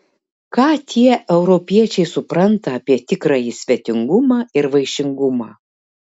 ką tie europiečiai supranta apie tikrąjį svetingumą ir vaišingumą